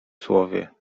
słowie